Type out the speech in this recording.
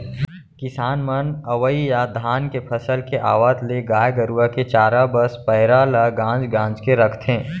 किसान मन अवइ या धान के फसल के आवत ले गाय गरूवा के चारा बस पैरा ल गांज गांज के रखथें